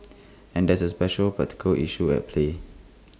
and there is special practical issue at play